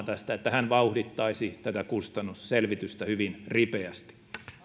tästä että hän vauhdittaisi tätä kustannusselvitystä hyvin ripeästi